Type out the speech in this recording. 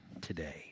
today